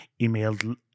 emailed